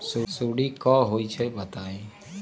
सुडी क होई छई बताई?